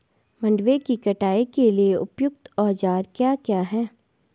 मंडवे की कटाई के लिए उपयुक्त औज़ार क्या क्या हैं?